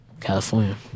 California